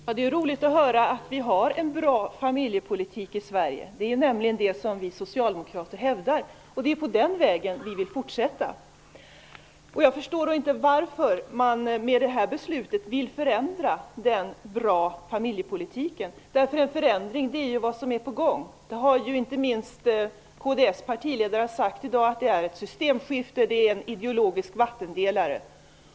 Herr talman! Det är ju roligt att höra att vi har en bra familjepolitik i Sverige. Det är nämligen vad vi socialdemokrater hävdar, och det är på den vägen som vi vill fortsätta. Jag förstår då inte varför man med detta beslut vill förändra en familjepolitik som är bra. En förändring är ju på gång -- inte minst har kds partiledare i dag sagt att detta är ett systemskifte, en ideologisk vattendelare.